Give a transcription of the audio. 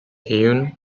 hewn